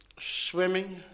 swimming